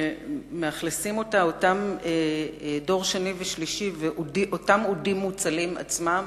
שמאכלסים אותה דור שני ושלישי ואותם אודים מוצלים עצמם,